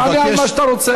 תענה על מה שאתה רוצה.